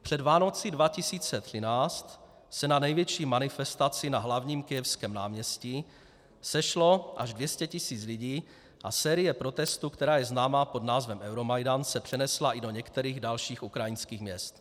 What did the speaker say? Před Vánocemi 2013 se na největší manifestaci na hlavním kyjevském náměstí sešlo až 200 tisíc lidí a série protestů, která je známá pod názvem Euromajdan, se přenesla i do některých dalších ukrajinských měst.